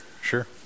Sure